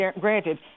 granted